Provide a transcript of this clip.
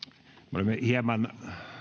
me olemme hieman